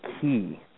key